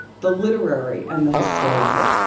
the literary and the historical.